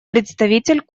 представитель